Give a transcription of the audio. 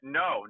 no